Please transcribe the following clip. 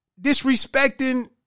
disrespecting